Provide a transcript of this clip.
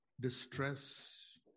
distress